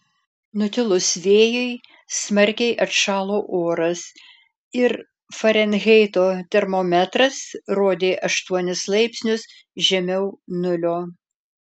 nutilus vėjui smarkiai atšalo oras ir farenheito termometras rodė aštuonis laipsnius žemiau nulio